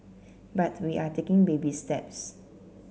but we are taking baby steps